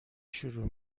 شروع